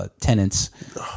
tenants